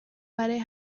برای